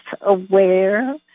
aware